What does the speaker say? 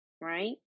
right